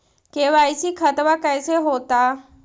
KYC खतबा कैसे होता?